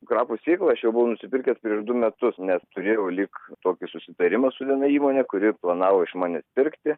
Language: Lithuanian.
krapų sėklą aš jau buvau nusipirkęs prieš du metus nes turėjau lyg tokį susitarimą su viena įmone kuri planavo iš manęs pirkti